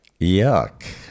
yuck